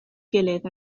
gilydd